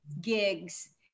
gigs